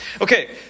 Okay